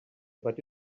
but